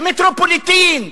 במטרופולין,